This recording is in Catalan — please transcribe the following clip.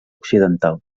occidental